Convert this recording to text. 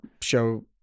show